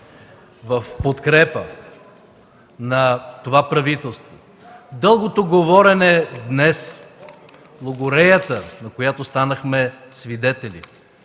в подкрепа на това правителство, дългото говорене днес, логореята на която станахме свидетели,